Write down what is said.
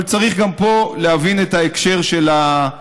אבל צריך גם פה להבין את ההקשר של הדברים.